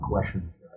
questions